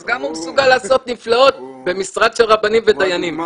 אז גם הוא מסוגל לעשות נפלאות במשרד של רבנים ודיינים.